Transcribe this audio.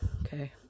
Okay